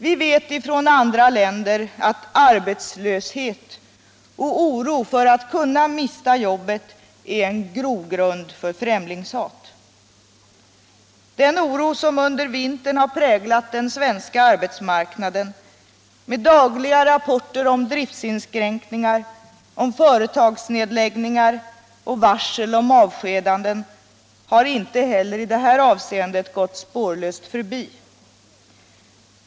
Vi vet ifrån andra länder att arbetslöshet och oro för att mista jobbet är en grogrund för främlingshat. Den oro som under vintern har präglat den svenska arbetsmarknaden, med dagliga rapporter om driftsinskränkningar, företagsnedläggningar och varsel om avskedanden, har inte heller i det här avseendet gått spårlöst förbi.